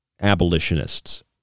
abolitionists